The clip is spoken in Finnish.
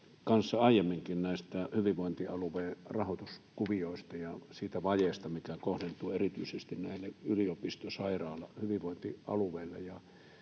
aiemminkin näistä hyvinvointialueen rahoituskuvioista ja siitä vajeesta, mikä kohdentuu erityisesti näille yliopistosairaala-, hyvinvointialueille.